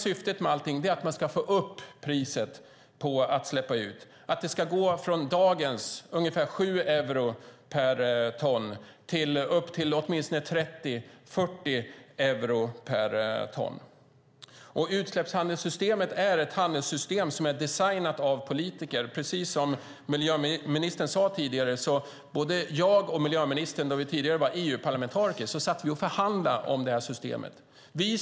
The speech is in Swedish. Syftet är att man ska få upp priset på att släppa ut från dagens 7 euro per ton till åtminstone 30-40 euro per ton. Utsläppshandelssystemet är ett handelssystem som är designat av politiker. Som miljöministern sade tidigare satt både jag och miljöministern, när vi var EU-parlamentariker, och förhandlade om det här systemet.